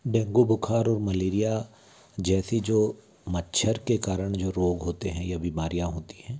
dengue बुख़ार और malaria जैसी जो मच्छर के कारण जो रोग होते हैं या बीमारियाँ होती हैं